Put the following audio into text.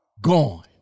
gone